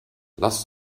lass